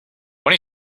when